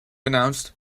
announced